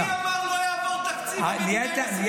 מי אמר שלא יעבור תקציב המדינה אם הסיגריות עוברות,